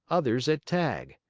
others at tag.